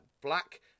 black